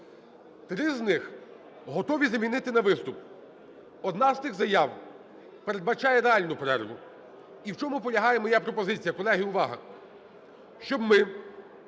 Три з них готові замінити на виступ, одна з тих заяв передбачає реальну перерву. І в чому полягає моя пропозиція. Колеги, увага! Щоб ми